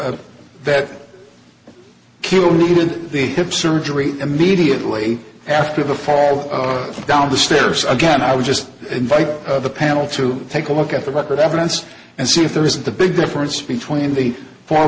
or that kill needed the hip surgery immediately after the fall down the stairs again i would just invite the panel to take a look at the record evidence and see if there isn't a big difference between the four